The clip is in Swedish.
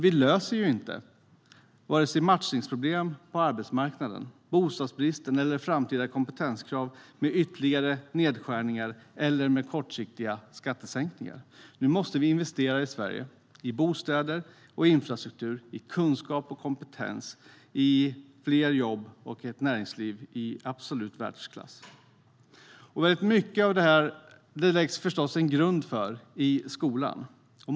Vi löser ju inte vare sig matchningsproblemen på arbetsmarknaden, bostadsbristen eller framtida kompetenskrav med ytterligare nedskärningar eller kortsiktiga skattesänkningar. Nu måste vi investera i Sverige: i bostäder och infrastruktur, i kunskap och konkurrenskraft för fler jobb och ett näringsliv i absolut världsklass. Det är i skolan som grunden för mycket av detta läggs.